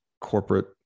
corporate